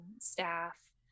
staff